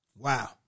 Wow